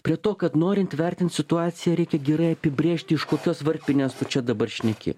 prie to kad norint vertint situaciją reikia gerai apibrėžti iš kokios varpinės tu čia dabar šneki